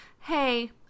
hey